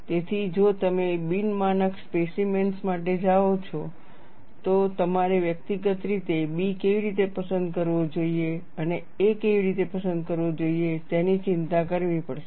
તેથી જો તમે બિન માનક સ્પેસીમેન્સ માટે જાઓ છો તો તમારે વ્યક્તિગત રીતે B કેવી રીતે પસંદ કરવો જોઈએ અને a કેવી રીતે પસંદ કરવો જોઈએ તેની ચિંતા કરવી પડશે